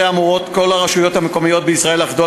היו אמורות כל הרשויות המקומיות בישראל לחדול